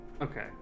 Okay